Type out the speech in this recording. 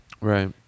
Right